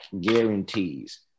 guarantees